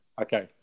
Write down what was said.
Okay